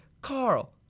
Carl